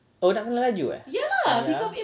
oh nak kena laju eh ya lah